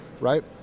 Right